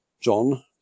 John